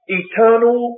eternal